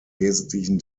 wesentlichen